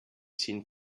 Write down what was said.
seen